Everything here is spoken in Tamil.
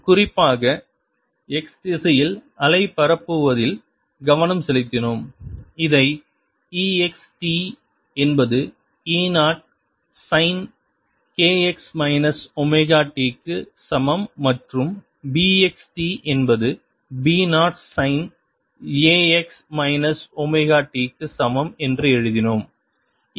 குறிப்பாக x திசையில் அலை பரப்புவதில் கவனம் செலுத்தினோம் இதை E x t என்பது E 0 sine k x minus omega t க்கு சமம் மற்றும் b x t என்பது b 0 sine a x minus omega t க்கு சமம் என்று எழுதினோம்